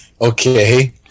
Okay